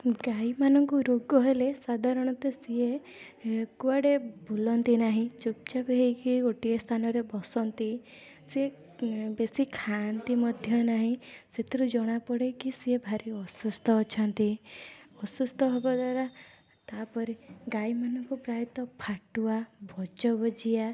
ଗାଈମାନଙ୍କୁ ରୋଗ ହେଲେ ସଧାରଣତଃ ସିଏ କୁଆଡ଼େ ବୁଲନ୍ତି ନାହିଁ ଚୁପ୍ଚାପ୍ ହେଇକି ଗୋଟିଏ ସ୍ଥାନରେ ବସନ୍ତି ସିଏ ବେଶୀ ଖାଆନ୍ତି ମଧ୍ୟ ନାହିଁ ସେଥିରୁ ଜଣାପଡ଼େ କି ସିଏ ଭାରି ଅସୁସ୍ଥ ଅଛନ୍ତି ଅସୁସ୍ଥ ହେବାଦ୍ଵାରା ତା'ପରେ ଗାଈମାନଙ୍କୁ ପ୍ରାୟତଃ ଫାଟୁଆ ଭଜଭଜିଆ